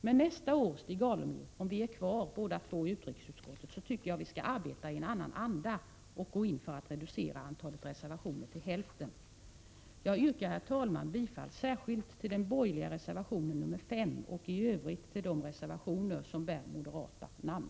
Men om vi nästa år är kvar båda två i utrikesutskottet, Stig Alemyr, tycker jag att vi skall arbeta i en annan anda och gå in för att reducera antalet reservationer till hälften. Jag yrkar, herr talman, bifall särskilt till den borgerliga reservationen nr 5, och i övrigt till de reservationer som är försedda med moderata namn.